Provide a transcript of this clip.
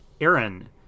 Aaron